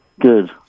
Good